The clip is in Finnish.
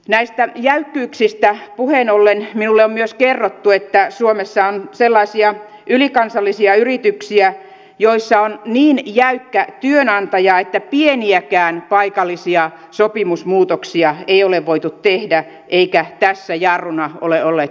näistä jäykkyyksistä puheen ollen minulle on myös kerrottu että suomessa on sellaisia ylikansallisia yrityksiä joissa on niin jäykkä työnantaja että pieniäkään paikallisia sopimusmuutoksia ei ole voitu tehdä eivätkä tässä jarruna ole olleet työntekijäjärjestöt